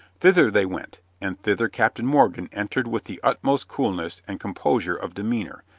thither they went, and thither captain morgan entered with the utmost coolness and composure of demeanor,